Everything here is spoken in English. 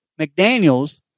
McDaniels